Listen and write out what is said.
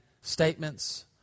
statements